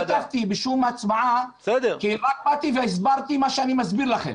לא השתתפתי בשום הצבעה כי רק באתי והסברתי מה שאני מסביר לכם.